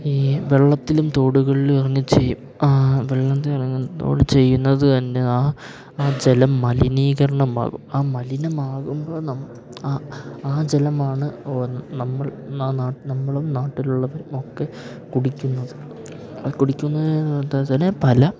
ഈ വെള്ളത്തിലും തോടുകളിലും ഇറങ്ങി ചെയ്യും വെള്ളത്തിൽ ഇറങ്ങി തോട് ചെയ്യുന്നത് തന്നെ ആ ആ ജലം മലിനീകരണം ആകും ആ മലിനമാകുമ്പോൾ ആ ആ ജലം ആണ് നമ്മൾ നമ്മളും നാട്ടിലുള്ളവരും ഒക്കെ കുടിക്കുന്നത് ആ കുടിക്കുന്നതോടൊപ്പം തന്നെ പല